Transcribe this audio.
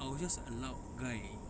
I was just a loud guy